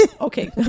Okay